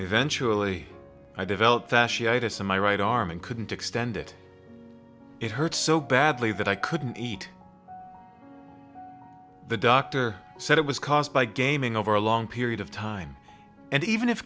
eventually i developed fasciitis in my right arm and couldn't extend it it hurt so badly that i couldn't eat the doctor said it was caused by gaming over a long period of time and even if